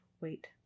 wait